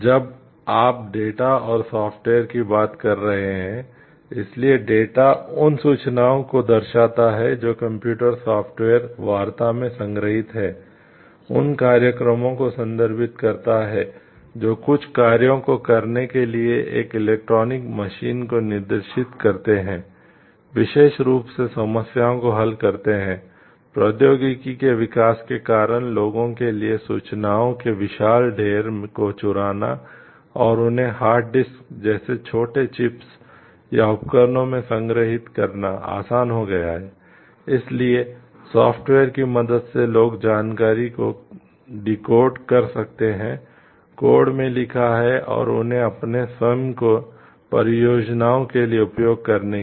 जब आप डेटा और सॉफ्टवेयर में लिखा है और उन्हें अपने स्वयं के प्रयोजनों के लिए उपयोग करने के लिए